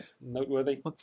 noteworthy